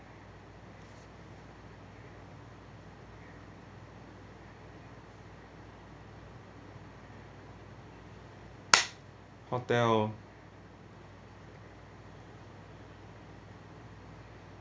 hotel